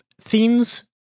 themes